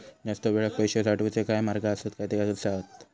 जास्त वेळाक पैशे साठवूचे काय मार्ग आसत काय ते कसे हत?